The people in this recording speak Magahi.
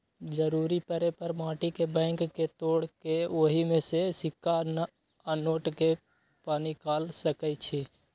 जरूरी परे पर माटी के बैंक के तोड़ कऽ ओहि में से सिक्का आ नोट के पनिकाल सकै छी